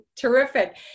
terrific